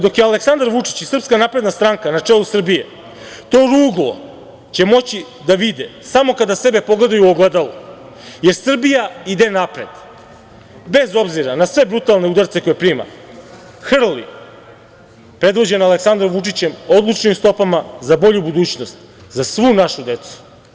Dok je Aleksandar Vučić i SNS na čelu Srbije, to ruglo će moći da vide samo kada sebe pogledaju u ogledalu, jer Srbija ide napred, bez obzira na sve brutalne udarce koje prima, hrli, predvođena Aleksandrom Vučićem, odlučnim stopama za bolju budućnost za svu našu decu.